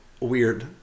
Weird